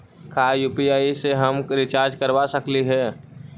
का यु.पी.आई से हम रिचार्ज करवा सकली हे?